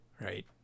right